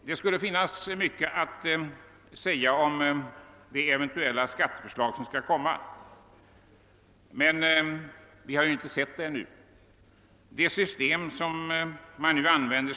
Det kunde vara mycket att säga om det skatteförslag som skall framläggas, men vi vet ännu inte mycket om det.